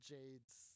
Jade's